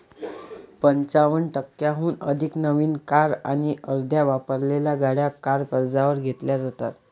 पंचावन्न टक्क्यांहून अधिक नवीन कार आणि अर्ध्या वापरलेल्या गाड्या कार कर्जावर घेतल्या जातात